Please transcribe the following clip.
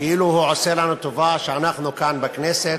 כאילו הוא עושה לנו טובה שאנחנו כאן בכנסת.